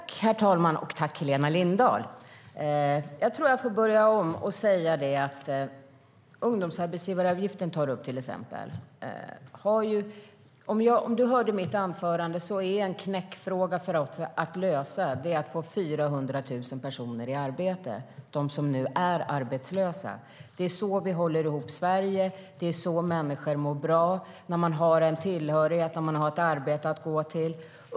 STYLEREF Kantrubrik \* MERGEFORMAT NäringspolitikHerr ålderspresident! Helena Lindahl tar upp till exempel ungdomsarbetsgivaravgiften. Om du lyssnade på mitt anförande, Helena Lindahl, hörde du att en knäckfråga att lösa är att få 400 000 personer i arbete, de som nu är arbetslösa. Det är så vi håller ihop Sverige. Människor mår bra när de har en tillhörighet och när de har ett arbete att gå till.